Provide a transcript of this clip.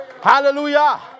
Hallelujah